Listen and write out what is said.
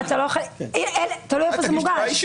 תלוי איפה זה מוגש.